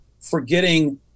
forgetting